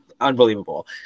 Unbelievable